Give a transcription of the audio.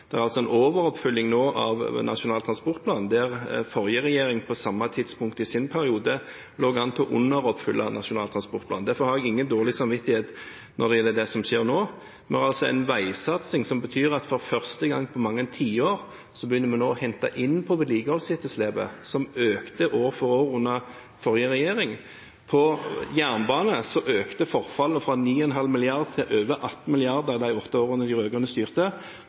der forrige regjering på samme tidspunkt i sin periode lå an til å underoppfylle Nasjonal transportplan. Derfor har jeg ingen dårlig samvittighet når det gjelder det som skjer nå, når det altså er en veisatsing som betyr at for første gang på mange tiår begynner vi nå å hente inn på vedlikeholdsetterslepet, som økte år for år under forrige regjering. På jernbane økte forfallet fra 9,5 mrd. kr til over 18 mrd. kr i de åtte årene de rød-grønne styrte.